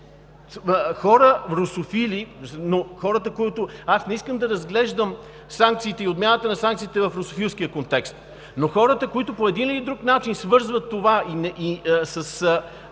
хора русофили, но хората, които… Аз не искам да разглеждам санкциите и отмяната на санкциите в русофилски контекст, но хората, които по един или друг начин свързват това с